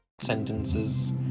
Sentences